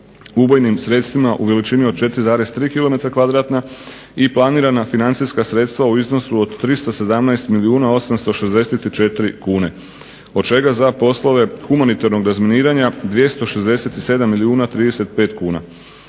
ubojnim sredstvima u veličini od 4,3 km2 i planirana financijska sredstva u iznosu od 317 milijuna 864 kn, od čega za poslove humanitarnog razminiranja 267 milijuna